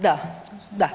Da, da.